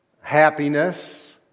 happiness